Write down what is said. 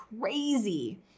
crazy